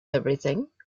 everything